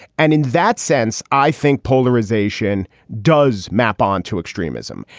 and in that sense, i think polarization does map on to extremism.